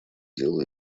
делу